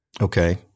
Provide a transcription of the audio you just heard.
Okay